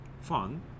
fun